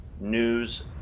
news